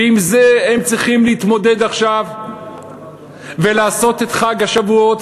ועם זה הם צריכים להתמודד עכשיו ולעשות את חג השבועות